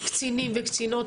קצינים וקצינות,